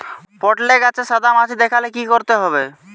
পটলে গাছে সাদা মাছি দেখালে কি করতে হবে?